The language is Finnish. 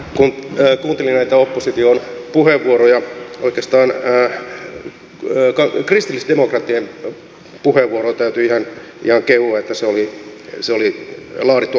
kun kuuntelin näitä opposition puheenvuoroja oikeastaan kristillisdemokraattien puheenvuoroa täytyy ihan kehua että se oli laadittu ajatuksella